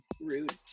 rude